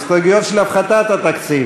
חברי הכנסת,